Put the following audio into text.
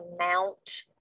amount